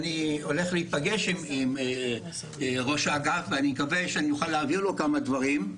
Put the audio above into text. אני הולך להיפגש עם ראש האגף ואני מקווה שאני אוכל להעביר לו כמה דברים.